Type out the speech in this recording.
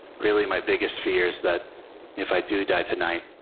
really, my biggest fear's that if i do die tonight,